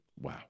Wow